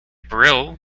brill